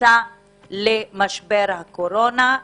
כשנכנסה למשבר הקורונה,